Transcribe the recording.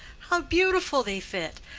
how beautiful they fit!